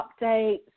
updates